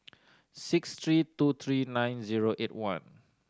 six three two three nine zero eight one